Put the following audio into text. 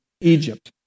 Egypt